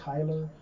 Tyler